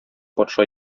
патша